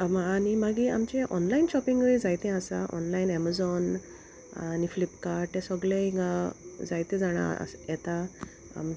आनी मागीर आमचें ऑनलायन शॉपिंगय जायतें आसा ऑनलायन एमेझॉन आनी फ्लिपकार्ट तें सोगलें हिंगा जायते जाणां येता आम्